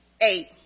eight